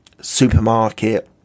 supermarket